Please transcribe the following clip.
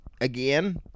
again